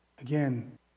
Again